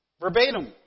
Verbatim